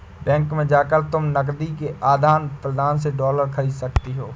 bank में जाकर तुम नकदी के आदान प्रदान से डॉलर खरीद सकती हो